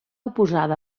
oposada